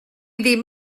ddim